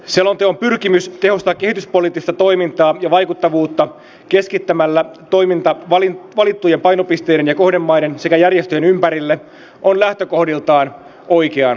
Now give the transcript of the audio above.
selonteon pyrkimys tehostaa kehityspoliittista toimintaa ja vaikuttavuutta keskittämällä toiminta valittujen painopisteiden ja kohdemaiden sekä järjestöjen ympärille on lähtökohdiltaan oikeansuuntaista